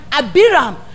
Abiram